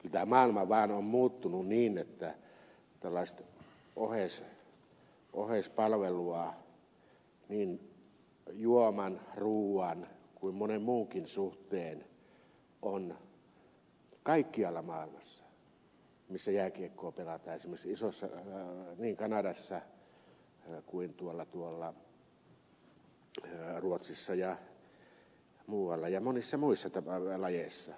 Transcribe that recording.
tämä maailma vain on muuttunut niin että tällaista oheispalvelua niin juoman ruoan kuin monen muunkin suhteen on kaikkialla maailmassa missä jääkiekkoa pelataan esimerkiksi niin kanadassa kuin myös ruotsissa ja muualla ja monissa muissa lajeissa